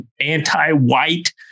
anti-white